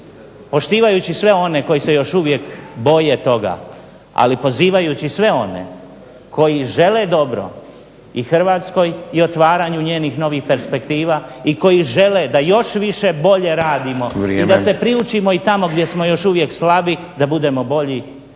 Poštivajući sve one koji se još uvijek boje toga, ali pozivajući sve one koji žele dobro i Hrvatskoj i otvaranju njenih novih perspektiva i koji žele da još više bolje radimo, da se priučimo tamo gdje smo još uvijek slabi da budemo bolji